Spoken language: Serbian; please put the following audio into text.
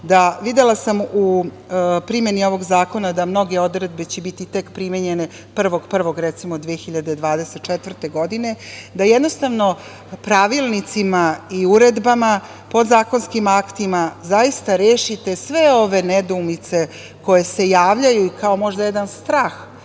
videla sam u primeni ovog zakona da će mnoge odredbe biti tek primenjene 1.1.2024. godine, da jednostavno pravilnicima i uredbama, podzakonskim aktima, zaista rešite sve ove nedoumice koje se javljaju i kao možda jedan strah